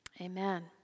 Amen